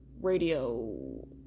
radio